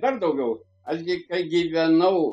dar daugiau aš gi kai gyvenau